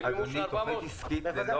תוכנית עסקית זה לא